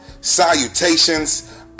Salutations